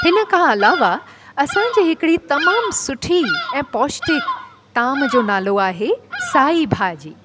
हिनखां अलावा असांजी हिकिड़ी तमामु सुठी ऐं पौष्टिक ताम जो नालो आहे साई भाॼी